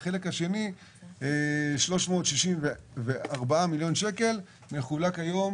החלק השני הוא 364 מיליון שקלים שמחולק היום